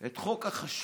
את חוק החשמל.